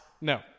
No